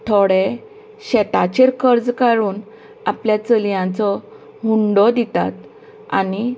थोडे शेताचेर कर्ज काडून आपल्या चलयांचो हुंडो दितात आनी